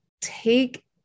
take